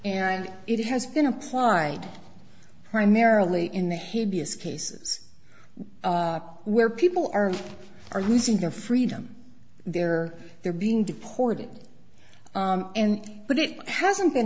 and it has been applied primarily in the he'd be as cases where people are are losing their freedom their they're being deported and but it hasn't been